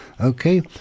Okay